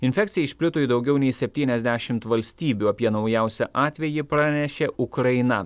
infekcija išplito į daugiau nei septyniasdešimt valstybių apie naujausią atvejį pranešė ukraina